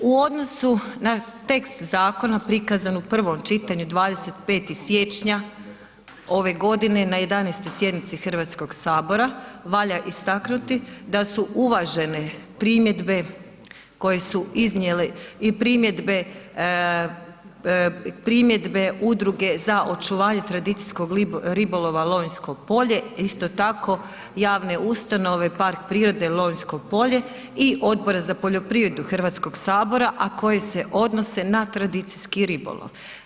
U odnosu na tekst zakona prikazan u prvom čitanju 25. siječnja ove godine na 11. sjednici Hrvatskog sabora, valja istaknuti da su uvažene primjedbe koje su iznijeli i primjedbe, primjedbe Udruge za očuvanje tradicijskog ribolova Lonjsko polje isto tako javne ustanove Park prirode Lonjsko polje i Odbora za poljoprivredu Hrvatskog sabora, a koje se odnose na tradicijski ribolov.